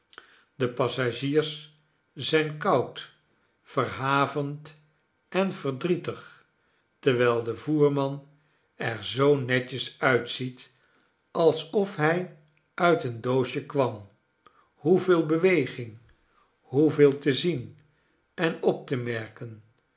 de passagiers zijn koud verhavend en verdrietig terwijl de voerman er zoo netjes uitziet alsof hij uit een doosje kwam hoeveel beweging hoeveel te zien en op te merken